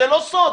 זה לא סוד.